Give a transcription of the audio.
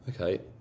Okay